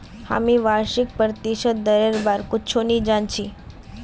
हामी वार्षिक प्रतिशत दरेर बार कुछु नी जान छि